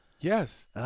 yes